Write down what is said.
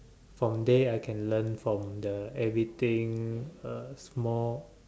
from there I can learn from the everything uh small